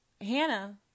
Hannah